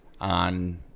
on